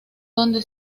donde